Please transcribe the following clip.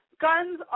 Guns